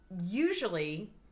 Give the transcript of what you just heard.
usually